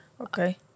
okay